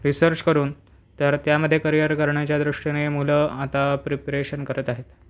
research करून तर त्यामध्ये करिअर करण्याच्या दृष्टीने मुलं आता प्रिप्रेशन करत आहेत